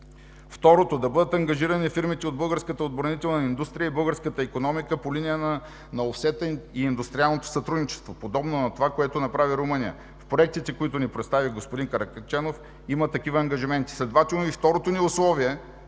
„Второ, да бъдат ангажирани фирмите от българската отбранителна индустрия и българската икономика по линия на офсет и индустриалното сътрудничество, подобно на това, което направи Румъния. В проектите, които ни представи господин Каракачанов, има такива ангажименти – следователно и второто ни условие